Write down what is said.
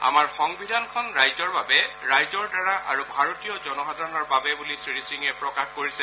আমাৰ সংবিধানখন ৰাইজৰ বাবে ৰাইজৰ দ্বাৰা আৰু ভাৰতীয় জনসাধাৰণৰ বাবে বুলি শ্ৰীসিঙে প্ৰকাশ কৰিছে